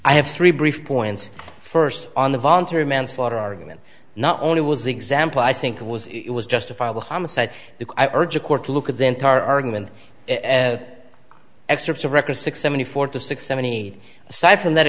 i have three brief points first on the voluntary manslaughter argument not only was the example i think it was it was justifiable homicide i urge a court to look at the entire argument excerpts of record six seventy four to six seventy aside from that